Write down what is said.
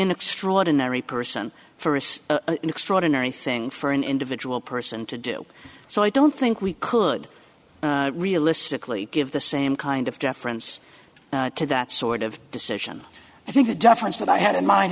an extraordinary person for it's an extraordinary thing for an individual person to do so i don't think we could realistically give the same kind of deference to that sort of decision i think the difference that i had in mind